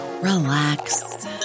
relax